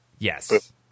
Yes